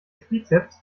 trizeps